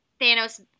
Thanos